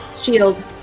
Shield